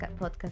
podcast